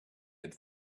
had